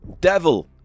Devil